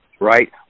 right